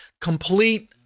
complete